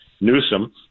Newsom